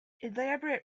elaborate